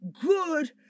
good